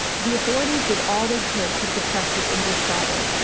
the authorities did all they could to suppress this english bible,